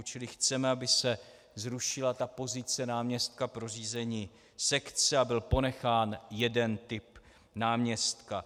Čili chceme, aby se zrušila pozice náměstka pro řízení sekce a byl ponechán jeden typ náměstka.